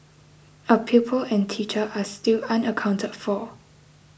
a pupil and teacher are still unaccounted for